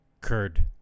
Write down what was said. curd